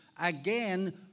Again